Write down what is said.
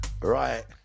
Right